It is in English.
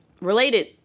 related